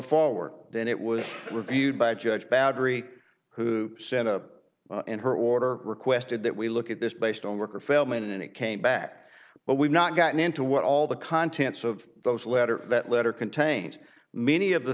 forward then it was reviewed by a judge battery who sent a in her order requested that we look at this based on work or feldman and it came back but we've not gotten into what all the contents of those letters that letter contains many of the